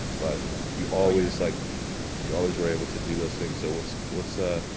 but you always like you always were able to do those things. so what's what's, ah,